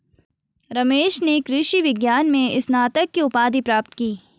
रमेश ने कृषि विज्ञान में स्नातक की उपाधि प्राप्त की